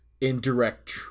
indirect